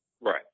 Right